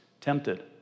tempted